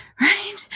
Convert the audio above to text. right